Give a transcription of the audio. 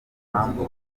banyita